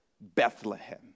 Bethlehem